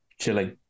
chilling